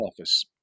Office